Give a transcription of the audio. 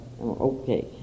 okay